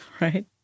right